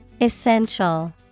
Essential